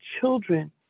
children